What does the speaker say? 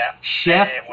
Chef